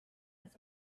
his